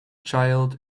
child